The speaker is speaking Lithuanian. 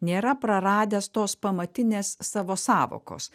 nėra praradęs tos pamatinės savo sąvokos